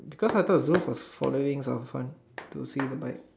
because I thought Zul was following Zafran to see the bike